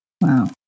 Wow